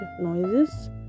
noises